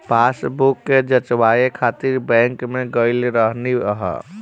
passbook के जचवाए खातिर बैंक में गईल रहनी हअ